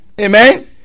Amen